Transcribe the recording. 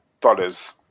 dollars